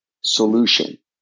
solution